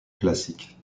classique